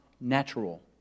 natural